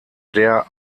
der